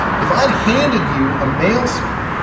if i'd handed you a mail spool,